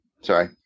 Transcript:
Sorry